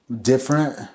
different